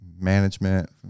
management